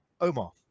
Omar